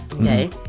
Okay